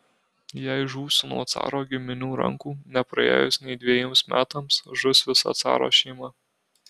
jei žūsiu nuo caro giminių rankų nepraėjus nei dvejiems metams žus visa caro šeima